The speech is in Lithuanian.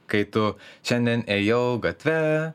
kai tu šiandien ėjau gatve